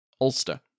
Ulster